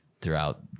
throughout